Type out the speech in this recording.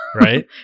right